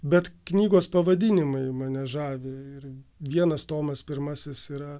bet knygos pavadinimai mane žavi ir vienas tomas pirmasis yra